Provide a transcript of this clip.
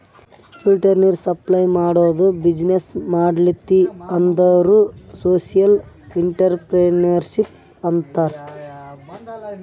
filter ನೀರ್ supply ಮಾಡದು business ಮಾಡ್ಲತಿ ಅಂದುರ್ ಸೋಶಿಯಲ್ ಇಂಟ್ರಪ್ರಿನರ್ಶಿಪ್ ಅಂತಾರ್